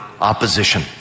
opposition